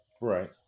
Right